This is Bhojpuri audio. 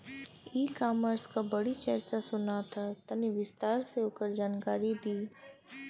ई कॉमर्स क बड़ी चर्चा सुनात ह तनि विस्तार से ओकर जानकारी दी?